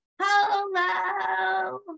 Hello